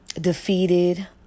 defeated